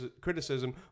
criticism